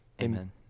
Amen